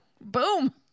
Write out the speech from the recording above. Boom